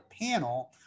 panel